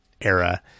era